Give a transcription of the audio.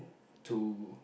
to